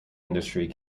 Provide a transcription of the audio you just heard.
industry